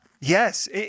Yes